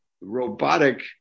robotic